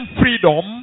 freedom